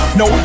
no